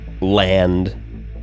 Land